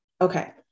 okay